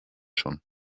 schon